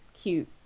cute